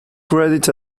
credited